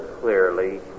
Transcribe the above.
clearly